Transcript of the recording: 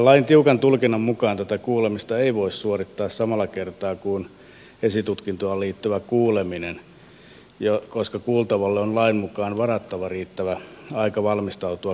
lain tiukan tulkinnan mukaan tätä kuulemista ei voi suorittaa samalla kertaa kuin esitutkintaan liittyvää kuulemista koska kuultavalle on lain mukaan varattava riittävä aika valmistautua kuulemiseensa